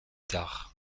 tard